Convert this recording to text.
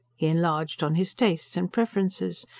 he enlarged on his tastes and preferences,